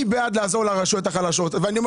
אני בעד לעזור לרשויות החלשות ואני אומר